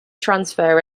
transfer